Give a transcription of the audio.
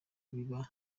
biba